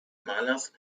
malers